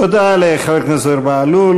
תודה לחבר הכנסת זוהיר בהלול.